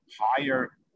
higher